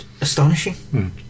astonishing